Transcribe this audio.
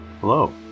Hello